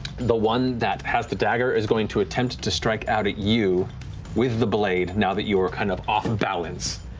the one that has the dagger is going to attempt to strike out at you with the blade, now that you are kind of off balance.